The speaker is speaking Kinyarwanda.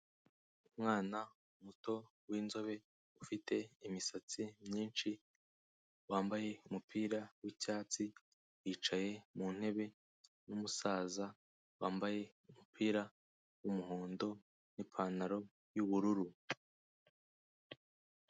Umwana muto w'inzobe ufite imisatsi myinshi wambaye umupira w'icyatsi, yicaye mu ntebe n'umusaza wambaye umupira w'umuhondo n'ipantaro y'ubururu.